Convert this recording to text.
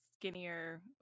skinnier